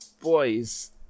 boys